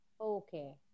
Okay